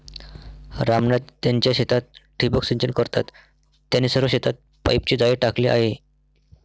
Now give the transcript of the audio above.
राम नाथ त्यांच्या शेतात ठिबक सिंचन करतात, त्यांनी सर्व शेतात पाईपचे जाळे टाकले आहे